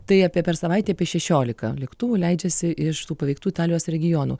tai apie per savaitę apie šešiolika lėktuvų leidžiasi iš tų paveiktų italijos regionų